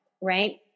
right